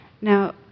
Now